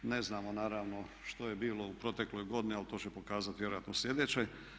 Ne znamo naravno što je bilo u protekloj godini ali to će pokazati vjerojatno slijedeće.